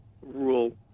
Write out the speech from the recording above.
rule